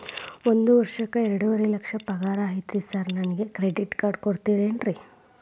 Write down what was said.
ಒಂದ್ ವರ್ಷಕ್ಕ ಎರಡುವರಿ ಲಕ್ಷ ಪಗಾರ ಐತ್ರಿ ಸಾರ್ ನನ್ಗ ಕ್ರೆಡಿಟ್ ಕಾರ್ಡ್ ಕೊಡ್ತೇರೆನ್ರಿ?